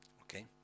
Okay